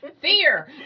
fear